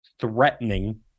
threatening